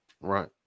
right